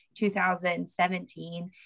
2017